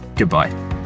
Goodbye